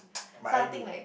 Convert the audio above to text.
but I do what